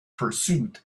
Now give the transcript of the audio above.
pursuit